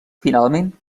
finalment